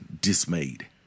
dismayed